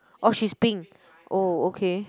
or she's pink oh okay